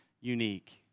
unique